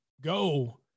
go